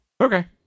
Okay